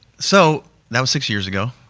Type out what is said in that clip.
so, that was six years ago.